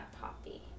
Poppy